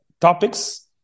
topics